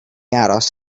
aros